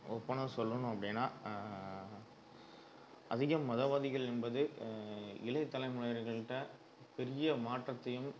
ஓப்பனாக சொல்லணும் அப்படின்னா அதிகம் மதவாதிகள் என்பது இளைய தலைமுனையிருகள்கிட்ட பெரிய மாற்றத்தையும்